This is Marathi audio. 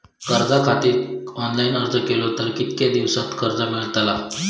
कर्जा खातीत ऑनलाईन अर्ज केलो तर कितक्या दिवसात कर्ज मेलतला?